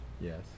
Yes